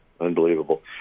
unbelievable